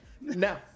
No